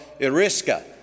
Iriska